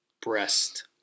Breast